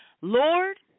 Lord